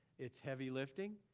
it's heavy lifting,